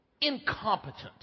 Incompetent